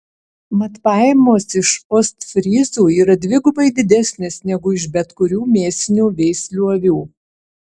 mat pajamos iš ostfryzų yra dvigubai didesnės negu iš bet kurių mėsinių veislių avių